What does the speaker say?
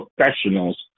professionals